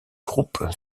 groupe